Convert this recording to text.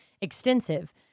extensive